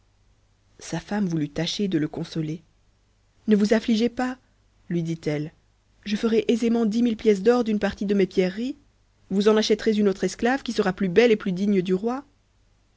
sa femme voulut tâcher de le consoler ne vous afbigez pas lui ditile je ferai aisément dix mille pièces d'or d'une partie de mes pierreries rous en acheterez une autre esclave qui sera plus belle et plus digne du roi